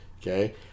Okay